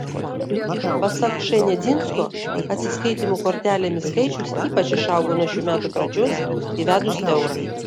pasak š nedzinsko atsiskaitymų kortelėmis skaičius ypač išaugo nuo šių metų pradžios įvedus eurą